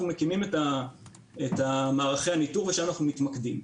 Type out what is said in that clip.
מקימים את מערכי הניטור ושם אנחנו מתמקדים.